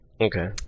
Okay